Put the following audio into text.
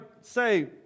say